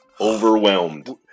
Overwhelmed